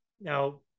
Now